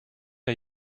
are